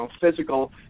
physical